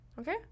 okay